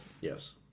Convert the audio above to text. Yes